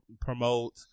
promote